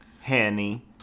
Hanny